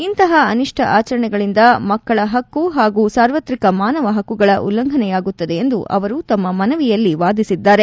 ಇಂತಹ ಅನಿಷ್ನ ಆಚರಣೆಗಳಿಂದ ಮಕ್ಕಳ ಹಕ್ಕು ಹಾಗೂ ಸಾರ್ವತ್ರಿಕ ಮಾನವ ಹಕ್ಕುಗಳ ಉಲ್ಲಂಘನೆಯಾಗುತ್ತದೆ ಎಂದು ಅವರು ತಮ್ಮ ಮನವಿಯಲ್ಲಿ ವಾದಿಸಿದ್ದಾರೆ